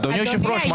אדוני היושב-ראש,